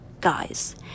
guys